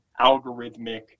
algorithmic